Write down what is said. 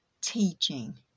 teaching